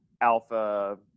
alpha